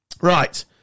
Right